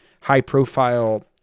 high-profile